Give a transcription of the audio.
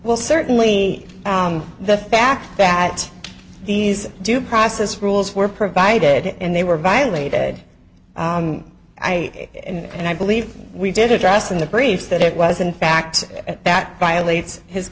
well certainly the fact that these due process rules were provided and they were violated i and i believe we did address in the briefs that it was in fact at that violates his